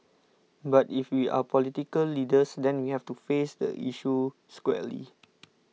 but if we are political leaders then we have to face the issue squarely